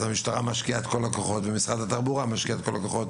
המשטרה משקיעה את כל הכוחות ומשרד התחבורה משקיע את כל הכוחות,